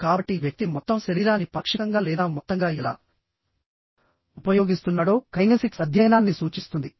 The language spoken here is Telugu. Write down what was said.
కాబట్టి వ్యక్తి మొత్తం శరీరాన్ని పాక్షికంగా లేదా మొత్తంగా ఎలా ఉపయోగిస్తున్నాడో కైనెసిక్స్ అధ్యయనాన్ని సూచిస్తుంది